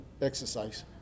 exercise